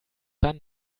dann